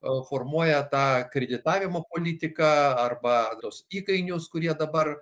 o formuoja tą kreditavimo politiką arba tos įkainius kurie dabar